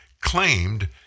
claimed